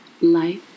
Life